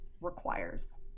requires